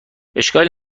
اشکالی